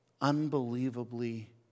unbelievably